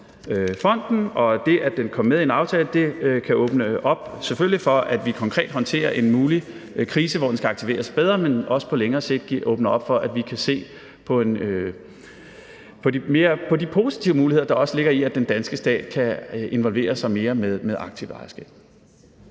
og det, at den kom med i en aftale, kan åbne op, selvfølgelig for, at vi konkret håndterer en mulig krise, hvor den skal aktiveres bedre, men også på længere sigt åbner op for, at vi kan se på de positive muligheder, der også ligger i, at den danske stat kan involvere sig mere i aktivt ejerskab.